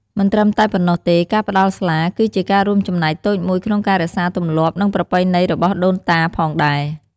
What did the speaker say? មិនត្រឹមតែប៉ុណ្ណោះទេ ការផ្តល់ស្លាគឺជាការរួមចំណែកតូចមួយក្នុងការរក្សាទម្លាប់ និងប្រពៃណីរបស់ដូនតាផងដែរ។